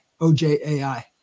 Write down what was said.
O-J-A-I